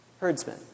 herdsmen